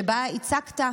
שבה הצגת,